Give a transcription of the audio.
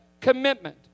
commitment